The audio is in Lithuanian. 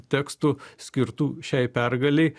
tekstų skirtų šiai pergalei